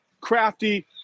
Crafty